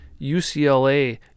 UCLA